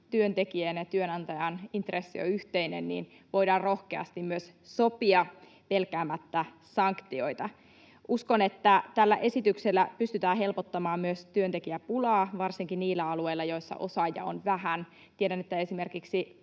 työntekijän ja työnantajan intressi on yhteinen, voidaan rohkeasti myös sopia pelkäämättä sanktioita. Uskon, että tällä esityksellä pystytään helpottamaan myös työntekijäpulaa, varsinkin niillä alueilla, joilla osaajia on vähän. Tiedän, että esimerkiksi